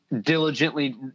diligently